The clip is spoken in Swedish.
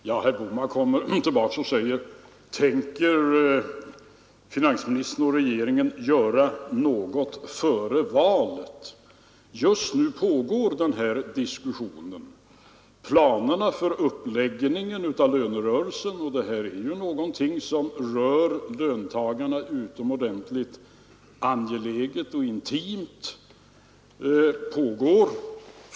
Herr talman! Herr Bohman kommer tillbaka och säger: ”Tänker finansministern och regeringen göra något före valet?” Just nu pågår den här diskussionen. Planeringen för uppläggningen av lönerörelsen — och det här är ju någonting som rör löntagarna på ett utomordentligt angeläget och intimt sätt — pågår.